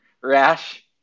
rash